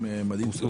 לא התקבלה.